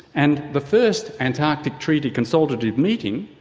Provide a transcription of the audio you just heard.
and the first antarctic treaty consultative meeting,